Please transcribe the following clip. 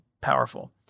powerful